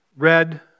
red